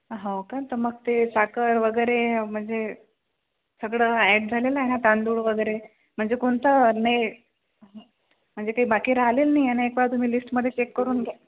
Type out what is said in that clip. हो का तर मग ते साखर वगैरे म्हणजे सगळं ॲड झालेलं आहे ना तांदूळ वगैरे म्हणजे कोणतं नाही म्हणजे काही बाकी राहिलेलं नाही ना एकवार तुम्ही लिस्टमध्ये चेक करून घ्या